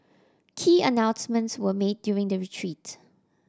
key announcements were made during the retreat